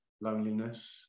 loneliness